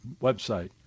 website